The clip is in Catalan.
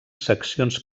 seccions